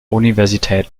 universität